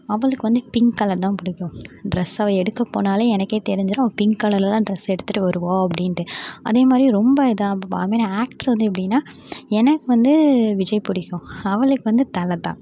அவளுக்கு வந்து pink colour தான் பிடிக்கும் ட்ரெஸ் எடுக்க போனாலே எனக்கே தெரிஞ்சிடும் பிங்க் கலரில் ட்ரெஸ் எடுத்துகிட்டு வருவாள் அப்படின்ட்டு அதே மாதிரி ரொம்ப இதாக அதே மாதிரி நான் ஆக்டர் வந்து எப்படினா எனக்கு வந்து விஜய் பிடிக்கும் அவளுக்கு வந்து தலை தான்